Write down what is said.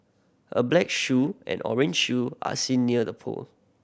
a black shoe and orange shoe are seen near the pole